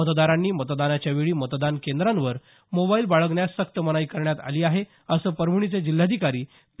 मतदारांनी मतदानाच्या वेळी मतदान केंद्रावर मोबाईल बाळगण्यास सक्त मनाई करण्यात आली आहे असं परभणीचे जिल्हाधिकारी पी